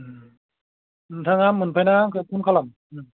ओम नोंथाङा मोनफैना आंखौ फन खालाम